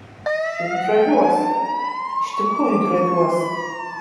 aš juk droviuosi iš tikrųjų droviuosi